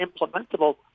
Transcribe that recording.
implementable